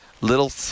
Little